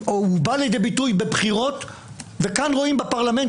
והוא פסול משום שהוא מייצר פגיעה בחוסן הלאומי של מדינת